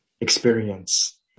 experience